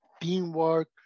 teamwork